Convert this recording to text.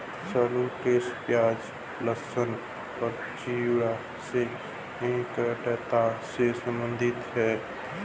shallots प्याज, लहसुन और चिव्स से निकटता से संबंधित है